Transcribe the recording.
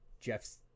Jeff's